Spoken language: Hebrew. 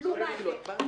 לעומת זאת,